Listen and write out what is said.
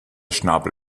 schnabel